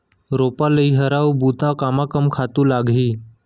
रोपा, लइहरा अऊ बुता कामा कम खातू लागही?